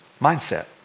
mindset